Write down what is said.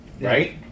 Right